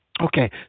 Okay